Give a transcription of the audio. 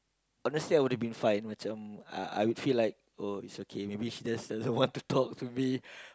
honestly I would have been fine macam I I would feel like oh it's okay maybe she just doesn't want to talk to me